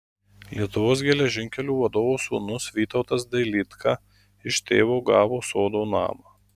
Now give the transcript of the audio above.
lietuvos geležinkelių vadovo sūnus vytautas dailydka iš tėvų gavo sodo namą